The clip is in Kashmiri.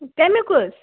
کَمیُک حظ